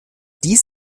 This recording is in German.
dies